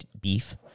beef